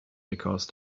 because